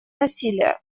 насилия